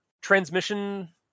transmission